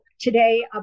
today